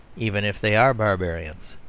even if they are barbarians.